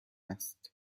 است